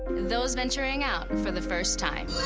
those venturing out for the first time.